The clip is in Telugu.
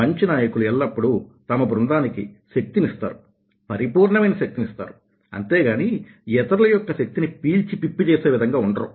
మంచి నాయకులు ఎల్లప్పుడూ తమ బృందానికి శక్తినిస్తారు పరిపూర్ణమైన శక్తి ఇస్తారు అంతేగాని ఇతరుల యొక్క శక్తిని పీల్చి పిప్పి చేసే విధంగా ఉండరు